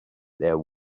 there